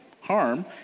harm